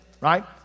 right